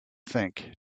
think